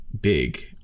big